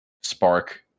Spark